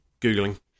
googling